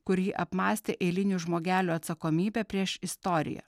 kurį apmąstė eilinių žmogelių atsakomybę prieš istoriją